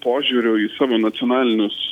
požiūriu į savo nacionalinius